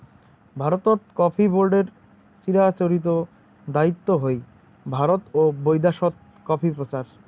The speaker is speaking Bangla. ভারতত কফি বোর্ডের চিরাচরিত দায়িত্ব হই ভারত ও বৈদ্যাশত কফি প্রচার